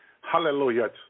hallelujah